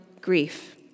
grief